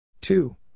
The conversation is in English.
two